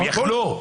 הם יכלו.